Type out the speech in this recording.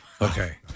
Okay